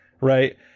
right